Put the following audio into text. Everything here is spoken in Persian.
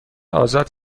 آزاد